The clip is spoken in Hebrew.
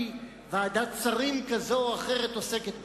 כי ועדת שרים כזו או אחרת עוסקת בה.